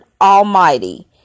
Almighty